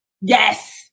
Yes